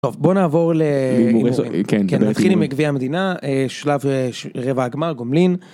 טוב בוא נעבור ללימודים כן כן נתחיל מגביע המדינה שלב רבע הגמר גומלין.